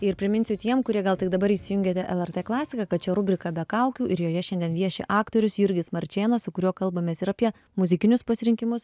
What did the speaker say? ir priminsiu tiem kurie gal tik dabar įsijungėte lrt klasiką kad čia rubrika be kaukių ir joje šiandien vieši aktorius jurgis marčėnas su kuriuo kalbamės ir apie muzikinius pasirinkimus